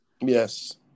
Yes